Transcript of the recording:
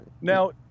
Now